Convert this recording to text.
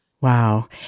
Wow